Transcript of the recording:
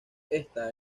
ésta